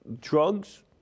drugs